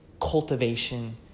cultivation